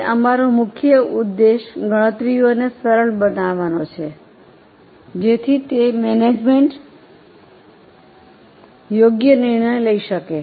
હવે અમારો મુખ્ય ઉદ્દેશ ગણતરીઓને સરળ બનાવવાનો છે જેથી તે મેનેજમેન્ટ યોગ્ય નિર્ણય લઈ શકે